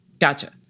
Gotcha